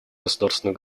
государственных